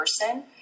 person